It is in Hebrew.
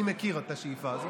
אני מכיר את השאיפה הזאת.